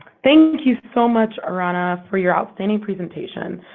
thank you so much, ah rana, for your outstanding presentation.